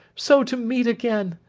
so to meet again